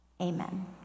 Amen